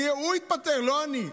הוא התפטר, לא אני.